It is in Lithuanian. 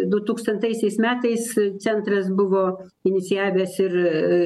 dutūkstantaisiais metais centras buvo iniciavęs ir